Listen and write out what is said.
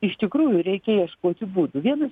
iš tikrųjų reikia ieškoti būdų vienas